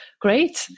Great